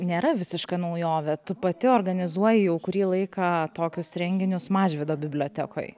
nėra visiška naujovė tu pati organizuoji jau kurį laiką tokius renginius mažvydo bibliotekoj